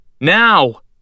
now